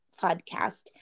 podcast